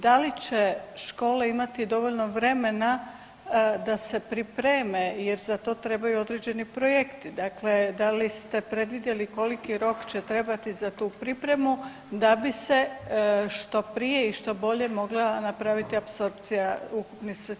Da li škole imati dovoljno vremena da se pripreme i za to trebaju određene projekte, dakle da li ste predvidjeli koliki rok će trebati za tu pripremu da bi se što prije i što bolje mogla napraviti apsorpcija ukupnih sredstava.